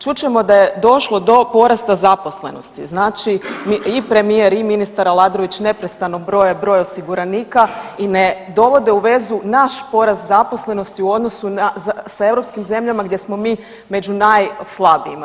Čut ćemo da je došlo do porasta zaposlenosti, znači i premijer i ministar Aladrović neprestano broj broj osiguranika i dovode u vezu naš poraz zaposlenosti u odnosu na s europskim zemljama gdje smo mi među najslabijima.